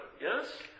yes